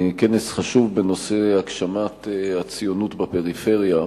כנס חשוב בנושא הגשמת הציונות בפריפריה.